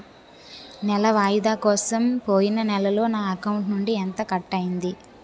నెల వాయిదా కోసం పోయిన నెలలో నా అకౌంట్ నుండి ఎంత కట్ అయ్యింది?